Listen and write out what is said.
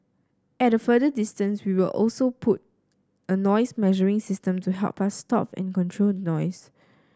at a further distance we also put a noise measuring system to help us stop and control the noise